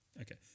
Okay